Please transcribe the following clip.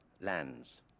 lands